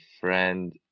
friend